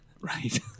right